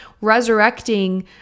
resurrecting